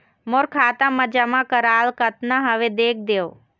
मोर खाता मा जमा कराल कतना हवे देख देव?